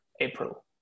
April